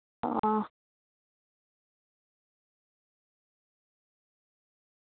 आं